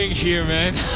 here um and